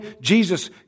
Jesus